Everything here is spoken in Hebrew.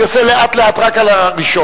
אני עושה לאט-לאט רק על הראשון.